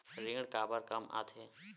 ऋण काबर कम आथे?